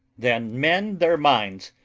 than men their minds!